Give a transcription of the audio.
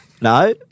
No